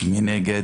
מי נגד?